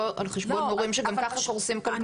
על חשבון הורים שגם ככה קורסים כלכלית.